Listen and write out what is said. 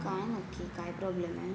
का नक्की काय प्रॉब्लेम आहे